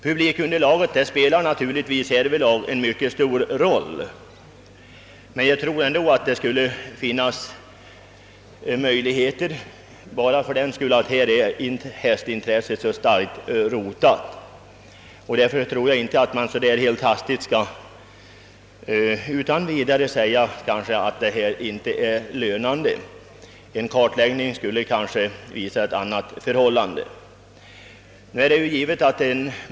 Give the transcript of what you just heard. Publikunderlaget spelar naturligtvis ekonomiskt en mycket stor roll, men jag tror ändå att det bör finnas möjligheter att i dessa bygder driva en ytterligare travbana därför att här är hästintresset så starkt rotat. Man bör åtminstone inte utan vidare säga att det inte är lönande. En kartläggning skulle kanske visa motsatsen.